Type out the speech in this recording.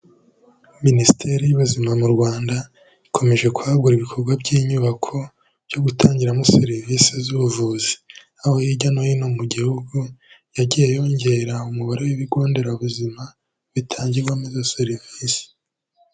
Minisiteri y'Ubuzima mu Rwanda, ikomeje kwagura ibikorwa by'inyubako byo gutangiramo serivisi z'ubuvuzi, aho hirya no hino mu gihugu yagiye yongera umubare w'ibigonderabuzima, bitangirwamo izo serivise.